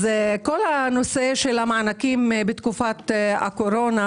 כל הנושא של המענקים בתקופת הקורונה